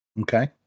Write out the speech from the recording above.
Okay